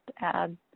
add